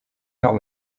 par